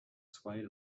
swayed